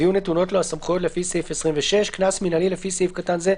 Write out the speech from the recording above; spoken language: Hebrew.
ויהיו נתונות לו הסמכויות לפי סעיף 26. קנס מינהלי לפי סעיף קטן זה,